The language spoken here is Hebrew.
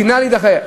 דינן להידחות.